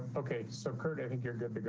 okay. so, kurt. i think you're good to go.